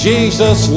Jesus